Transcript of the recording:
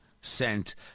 sent